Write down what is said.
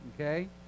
Okay